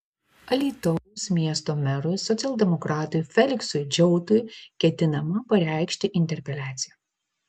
alytaus miesto merui socialdemokratui feliksui džiautui ketinama pareikšti interpeliaciją